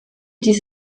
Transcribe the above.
dies